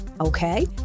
Okay